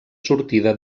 sortida